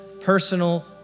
personal